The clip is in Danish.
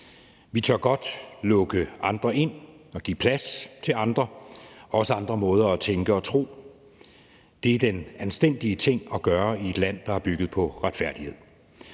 Vi tør godt lukke andre ind og give plads til andre, også andre måder at tænke og tro på. Det er den anstændige ting at gøre i et land, der er bygget på retfærdighed.